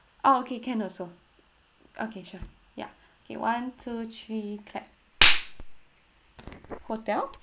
oh okay can also okay sure ya okay one two three clap hotel